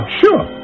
sure